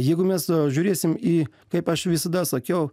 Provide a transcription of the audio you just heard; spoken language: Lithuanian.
jeigu mes žiūrėsim į kaip aš visada sakiau